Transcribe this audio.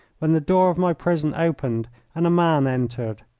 when the door of my prison opened and a man entered.